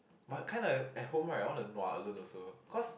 but kind of at home right I want to nua alone also cause